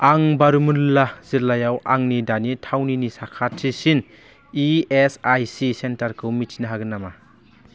आं बारामुल्ला जिल्लायाव आंनि दानि थावनिनि साखाथिसिन इएसआइसि सेन्टारखौ मिथिनो हागोन नामा